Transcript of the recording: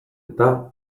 eta